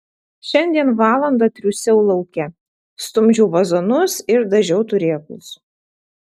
šiandien valandą triūsiau lauke stumdžiau vazonus ir dažiau turėklus